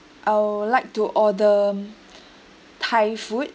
I would like to order thai food